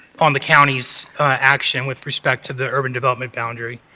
on the county's action with respect to the urban development boundary.